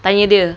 tanya dia